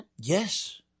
Yes